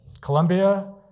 Colombia